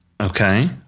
Okay